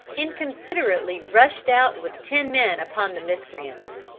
inconsiderately rushed out with ten men upon the miscreants.